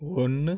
ஒன்று